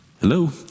Hello